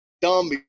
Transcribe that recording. dumb